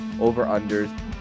over-unders